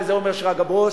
וזה אומר שרגא ברוש,